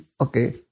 okay